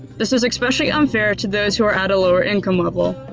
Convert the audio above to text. this is especially unfair to those who are at a lower income level,